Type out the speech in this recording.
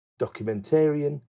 documentarian